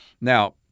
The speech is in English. Now